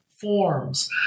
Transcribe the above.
forms